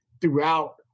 throughout